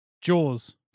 Jaws